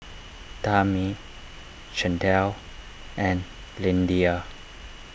Tami Chantelle and Lyndia